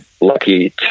lucky